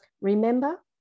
Remember